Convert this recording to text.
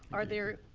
are there,